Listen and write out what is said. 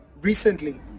recently